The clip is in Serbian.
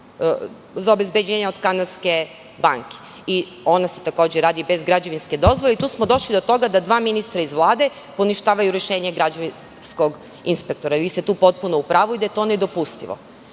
za obezbeđenje od kanadske banke, što se takođe radi bez građevinske dozvole. Tu smo došli do toga da dva ministra iz Vlade poništavaju rešenje građevinskog inspektora. Vi ste tu potpuno u pravu da je to nedopustivo.